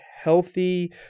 healthy